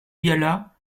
viala